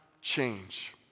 change